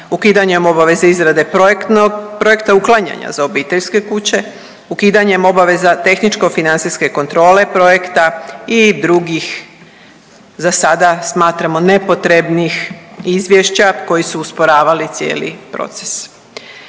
ukidanjem obaveze projekta uklanjanja za obiteljske kuće, ukidanjem obaveza tehničko-financijske kontrole projekta i drugih za sada, smatramo nepotrebnih izvješća koji su usporavali cijeli proces.